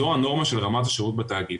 זו הנורמה של רמת השירות בתאגיד.